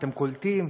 אתם קולטים?